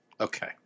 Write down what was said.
Okay